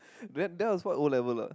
that that was what O-level ah